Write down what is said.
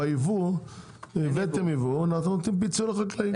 ביבוא אתם נותנים פיצוי לחקלאים.